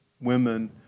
women